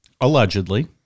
Allegedly